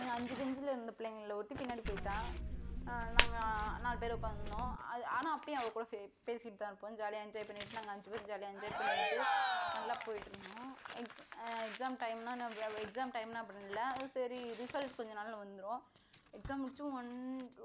எங்கள் அஞ்சு பெஞ்சிலேருந்த பிள்ளைங்கள்ல ஒருத்தி பின்னாடி போயிட்டாள் நாங்கள் நாலு பேர் உக்காந்துருந்தோம் ஆனால் அப்பவும் அவள் கூட பேசிட்டுதான் இருப்போம் ஜாலியாக என்ஜாய் பண்ணிகிட்டு நாங்கள் அஞ்சு பேரும் ஜாலியாக என்ஜாய் பண்ணிகிட்டு நல்லா போயிட்டுருந்தோம் எக்ஸாம் டைம்னால் நாங்கள் எக்ஸாம் டைம்னால் அப்படி இல்லை சரி ரிசல்ட் கொஞ்சம் நாளில் வந்துடும் எக்ஸாம் முடித்தும்